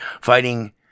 fighting